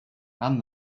and